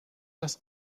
das